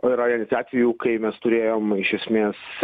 yra ir atvejų kai mes turėjom iš esmės